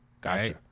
Gotcha